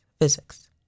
Physics